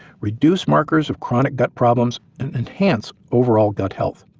reduce markers of chronic gut problems, and enhance overall gut health.